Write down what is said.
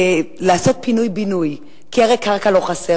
לעשות פינוי-בינוי, כי הרי קרקע לא חסרה.